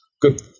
good